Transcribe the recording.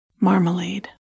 Marmalade